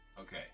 Okay